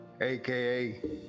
aka